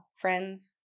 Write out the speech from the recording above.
friends